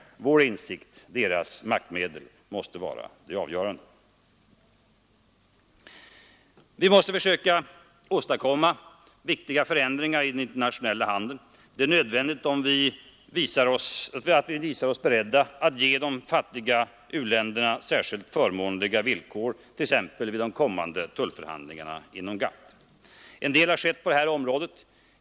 Vår insikt — inte deras maktmedel — måste vara det avgörande. Vi måste försöka åstadkomma viktiga förändringar i den internationella handeln. Det är nödvändigt att vi visar oss beredda att ge de fattiga u-länderna särskilt förmånliga villkor t.ex. vid de kommande tullförhandlingarna inom GATT. En del har skett på det området.